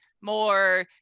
more